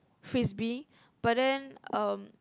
frisbee but then um